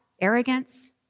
arrogance